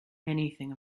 anything